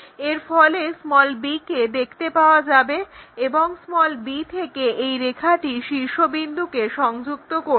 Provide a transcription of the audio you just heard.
এর ফলে b কে দেখতে পাওয়া যাবে এবং b থেকে এই রেখাটি শীর্ষবিন্দুকে সংযুক্ত করবে